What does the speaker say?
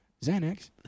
Xanax